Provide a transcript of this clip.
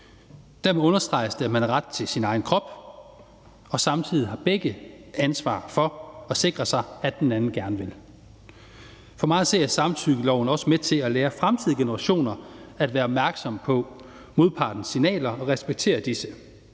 Dermed understreges det, at man har ret til sin egen krop, og samtidig har begge ansvar for at sikre sig, at den anden gerne vil. For mig at se er samtykkeloven også med til at lære fremtidige generationer at være opmærksomme på modpartens signaler og respektere disse.